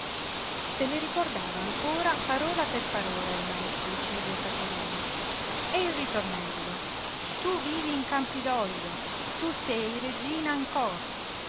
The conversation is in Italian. se le ricordava ancora parola per parola il maestro icilio saporini e il ritornello tu vivi in campidoglio tu sei regina ancor